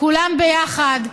כולם ביחד,